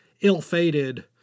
ill-fated